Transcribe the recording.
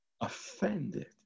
Offended